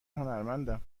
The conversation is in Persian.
هنرمندم